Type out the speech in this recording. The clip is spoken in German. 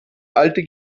alte